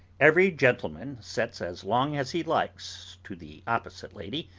every gentleman sets as long as he likes to the opposite lady,